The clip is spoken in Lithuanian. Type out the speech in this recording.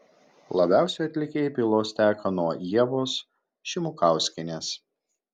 labiausiai atlikėjai pylos teko nuo ievos šimukauskienės